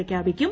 പ്രഖ്യാപിക്കും